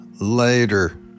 later